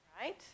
right